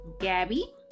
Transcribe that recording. Gabby